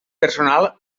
personal